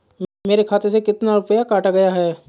मेरे खाते से कितना रुपया काटा गया है?